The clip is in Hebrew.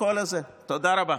תודה רבה.